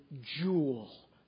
Jewel